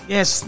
Yes